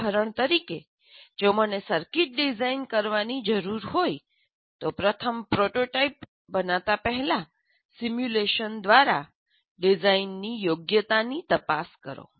ઉદાહરણ તરીકે જો મને સર્કિટ ડિઝાઇન કરવાની જરૂર હોય તો પ્રથમ પ્રોટોટાઇપ બનાતા પહેલાં સિમ્યુલેશન દ્વારા ડિઝાઇનની યોગ્યતાની તપાસ કરો